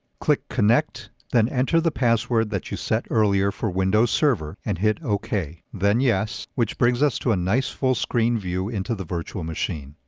click connect, then enter the password that you set earlier for windows server, and hit ok, then yes which brings us to a nice, full-screen view into the virtual machine.